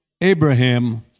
Abraham